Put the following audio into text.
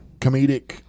comedic